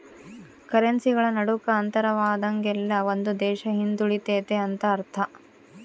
ಕರೆನ್ಸಿಗಳ ನಡುಕ ಅಂತರವಾದಂಗೆಲ್ಲ ಒಂದು ದೇಶ ಹಿಂದುಳಿತೆತೆ ಅಂತ ಅರ್ಥ